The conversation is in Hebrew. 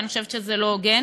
ואני חושבת שזה לא הוגן.